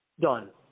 done